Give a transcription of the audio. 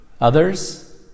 others